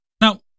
Now